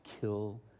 kill